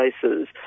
places